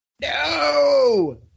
No